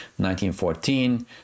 1914